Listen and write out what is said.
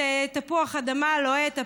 את תפוח האדמה הלוהט.